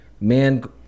Man